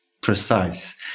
precise